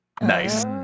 Nice